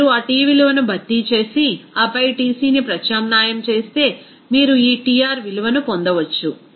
మీరు ఆ T విలువను భర్తీ చేసి ఆపై Tcని ప్రత్యామ్నాయం చేస్తే మీరు ఈ Tr విలువను పొందవచ్చు